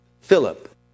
Philip